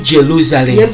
Jerusalem